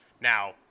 Now